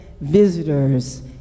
visitors